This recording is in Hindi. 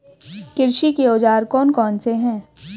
कृषि के औजार कौन कौन से हैं?